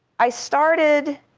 i started